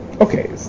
okay